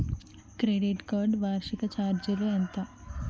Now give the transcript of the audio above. Credit card వార్షిక ఛార్జీలు ఎంత?